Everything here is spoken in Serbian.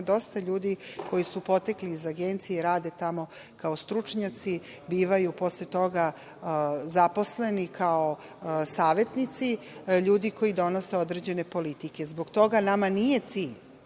dosta ljudi koji su potekli iz Agencije i rade tamo kao stručnjaci, bivaju posle toga zaposleni kao savetnici ljudi koji donose određene politike. Zbog toga, nama nije cilj